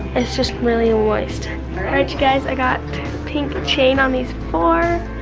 it's just really ah moist. alright you guys, i got pink chain on these four,